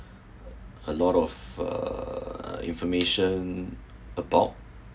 a lot of uh information about